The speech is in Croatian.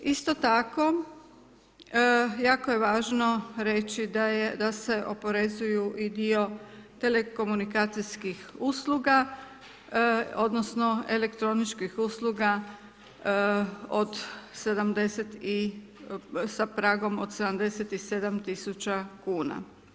Isto tako jako je važno reći da se oporezuju i dio telekomunikacijskih usluga, odnosno elektroničkih usluga od 70 i, sa pragom od 77 tisuća kuna.